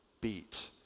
beat